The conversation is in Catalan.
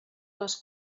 les